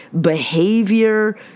behavior